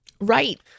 Right